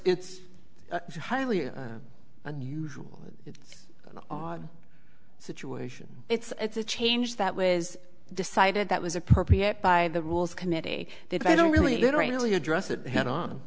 it's highly unusual it's an odd situation it's a change that was decided that was appropriate by the rules committee that i don't really literally address it head on